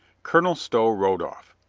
colonel stow rode off.